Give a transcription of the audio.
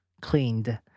cleaned